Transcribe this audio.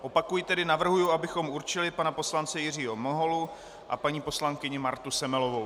Opakuji tedy, navrhuji, abychom určili pana poslance Jiřího Miholu a paní poslankyni Martu Semelovou.